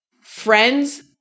friends